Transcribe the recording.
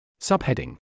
Subheading